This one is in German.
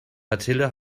mathilde